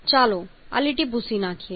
ચાલો આ લીટી ભૂંસી નાખીએ